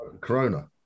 Corona